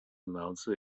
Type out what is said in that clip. announcer